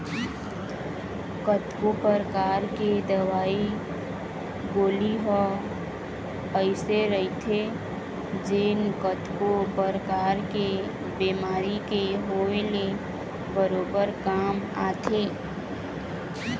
कतको परकार के दवई गोली ह अइसे रहिथे जेन कतको परकार के बेमारी के होय ले बरोबर काम आथे